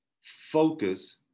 focus